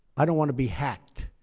i don't want to be hacked.